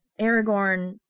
aragorn